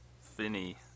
Finny